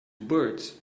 birds